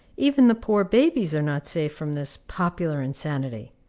even the poor babies are not safe from this popular insanity.